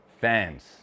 fans